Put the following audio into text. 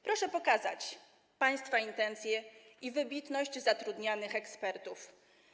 Proszę pokazać państwa intencje i wybitność zatrudnianych ekspertów.